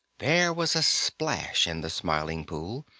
there was a splash in the smiling pool,